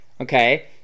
okay